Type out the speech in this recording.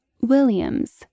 Williams